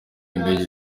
indege